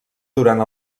durant